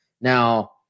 Now